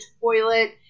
toilet